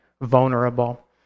vulnerable